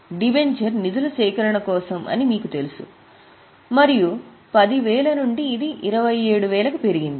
debenture నిధుల సేకరణ కోసం అని మీకు తెలుసు మరియు 10000 నుండి ఇది 27000 కి పెరిగింది